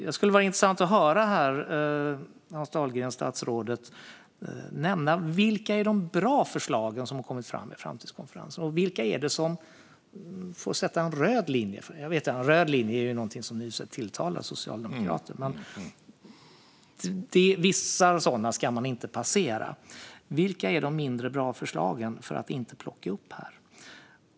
Det vore intressant att höra statsrådet nämna vilka de bra förslagen är och vilka som går över den röda linje man inte ska passera. Vilka är de mindre bra förslagen som inte ska plockas upp?